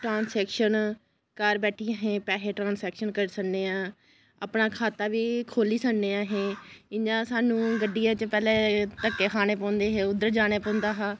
transaction घर बैठियै पैहे ट्रांसएक्शन करी सकने आं अपना खाता बी खोह्ल्ली सकने आहें इ'यां स्हानू गड्डियें च धक्के खाने पौंदे हे उद्धर जाने पौंदा हा